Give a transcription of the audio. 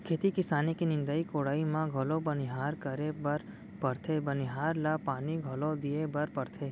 खेती किसानी के निंदाई कोड़ाई म घलौ बनिहार करे बर परथे बनिहार ल बनी घलौ दिये बर परथे